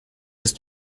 ist